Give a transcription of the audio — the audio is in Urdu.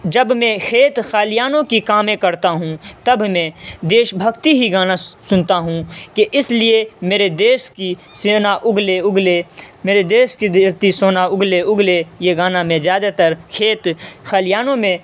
جب میں کھیت کھلیانوں کی کام کرتا ہوں تب میں دیش بھکتی ہی گانا سنتا ہوں کہ اس لیے میرے دیس کی سینا اگلے اگلے میرے دیس کی دھرتی سونا اگلے اگلے یہ گانا میں زیادہ تر کھیت کھلیانوں میں